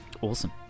awesome